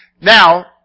Now